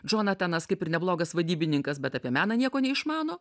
džonatanas kaip ir neblogas vadybininkas bet apie meną nieko neišmano